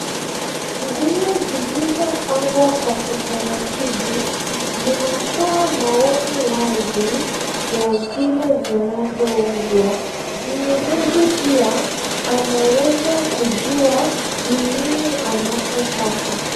Nguo zilizopangwa kwa utaratibu, zinatoa maoni wazi ya zile zinazouzwa. Mnunuzi pia anaweza kujua ni nini anachotaka.